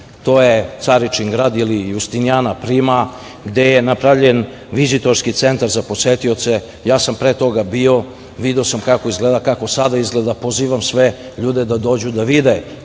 to je Caričin grad ili Justiniana prima, gde je napravljen vizitorski centar za posetioce i ja sam pre toga bio, video sam kako sada izgleda i pozivam sve ljude da dođu i da vide